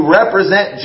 represent